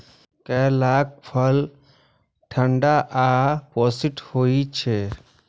करैलाक फल ठंढा आ पौष्टिक होइ छै